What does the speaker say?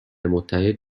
متحد